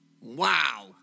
Wow